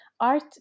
Art